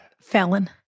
Felon